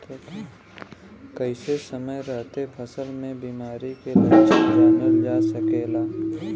कइसे समय रहते फसल में बिमारी के लक्षण जानल जा सकेला?